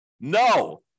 No